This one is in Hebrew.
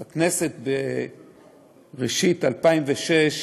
הכנסת, בראשית 2006,